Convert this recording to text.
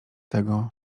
tego